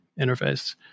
interface